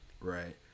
right